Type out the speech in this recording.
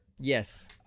Yes